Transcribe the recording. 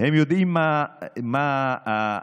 איפה שר